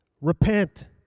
Repent